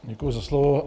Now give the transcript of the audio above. Děkuji za slovo.